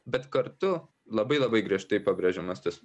bet kartu labai labai griežtai pabrėžiamas tas